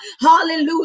Hallelujah